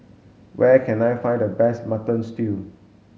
where can I find the best mutton stew